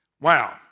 Wow